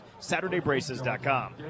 SaturdayBraces.com